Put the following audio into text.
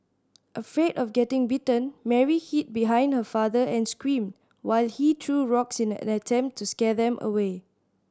afraid of getting bitten Mary hid behind her father and screamed while he threw rocks in an attempt to scare them away